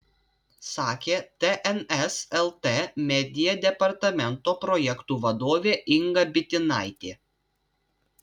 sakė tns lt media departamento projektų vadovė inga bitinaitė